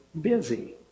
busy